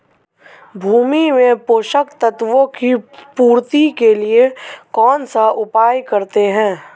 भूमि में पोषक तत्वों की पूर्ति के लिए कौनसा उपाय करते हैं?